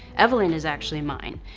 evelyn is actually mine.